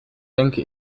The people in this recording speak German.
denke